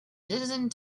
didn’t